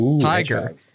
Tiger